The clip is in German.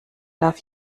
darf